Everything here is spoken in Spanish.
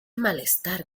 malestar